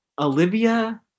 Olivia